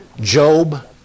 Job